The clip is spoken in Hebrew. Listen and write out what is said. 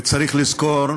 וצריך לזכור,